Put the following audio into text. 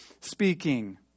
speaking